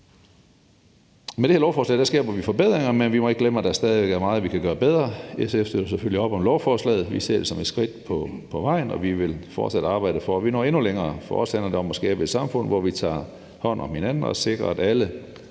Med det her lovforslag skaber vi forbedringer, men vi må ikke glemme, at der stadig væk er meget, vi kan gøre bedre. SF støtter selvfølgelig op om lovforslaget. Vi ser det som et skridt på vejen, og vi vil fortsat arbejde for, at vi når endnu længere. For os handler det om at skabe et samfund, hvor vi tager hånd om hinanden og sikrer, at alle